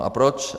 A proč?